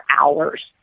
hours